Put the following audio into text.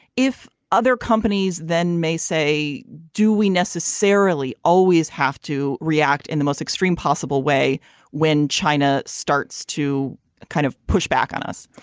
if other companies then may say do we necessarily always have to react in the most extreme possible way when china starts to kind of push back on us.